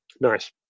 Nice